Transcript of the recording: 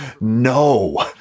No